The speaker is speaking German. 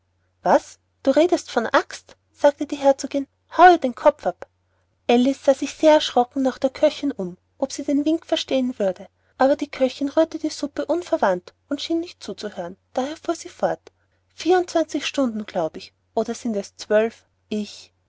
was du redest von axt sagte die herzogin hau ihr den kopf ab alice sah sich sehr erschrocken nach der köchin um ob sie den wink verstehen würde aber die köchin rührte die suppe unverwandt und schien nicht zuzuhören daher fuhr sie fort vier und zwanzig stunden glaube ich oder sind es zwölf ich